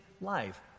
life